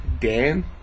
Dan